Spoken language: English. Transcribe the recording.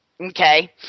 Okay